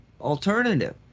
alternative